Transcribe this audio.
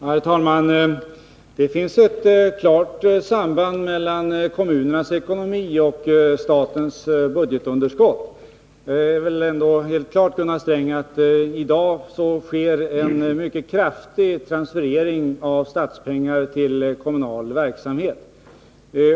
Herr talman! Det finns ett klart samband mellan kommunernas ekonomi och statens budgetunderskott. Det är väl ändå helt klart, Gunnar Sträng, att det i dag sker en mycket kraftig transferering av statspengar till kommunal verksamhet.